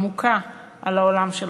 עמוקה, על העולם שלנו.